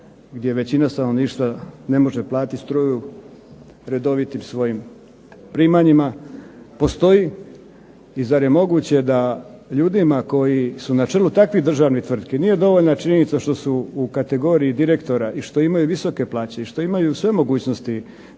gdje većina stanovništva ne može platiti struju redovitim svojim primanjima postoji, i zar je moguće da ljudima koji su na čelu takvih državnih tvrtki nije dovoljna činjenica što su u kategoriji direktora i što imaju visoke plaće i što imaju sve mogućnosti